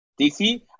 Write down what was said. DC